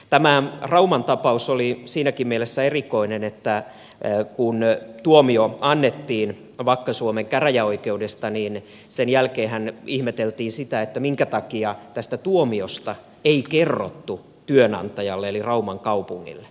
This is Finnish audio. tämä rauman tapaus oli siinäkin mielessä erikoinen että kun tuomio annettiin vakka suomen käräjäoikeudesta niin sen jälkeenhän ihmeteltiin sitä minkä takia tuomiosta ei kerrottu työnantajalle eli rauman kaupungille